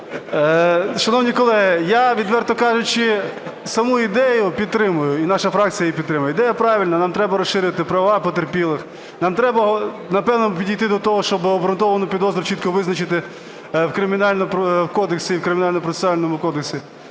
Шановні колеги, я, відверто кажучи, саму ідею підтримую і наша фракції її підтримує. Ідея правильна, нам треба розширити права потерпілих. Нам треба, напевно, підійти до того, щоб обґрунтовану підозру чітко визначити в кодексі, в Кримінально-процесуальному кодексі.